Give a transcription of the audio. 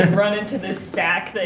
and run into this sack they